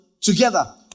together